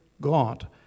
god